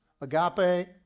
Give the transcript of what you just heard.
agape